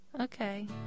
Okay